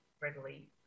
readily